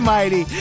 Mighty